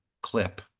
clip